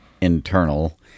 internal